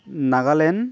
Nagaland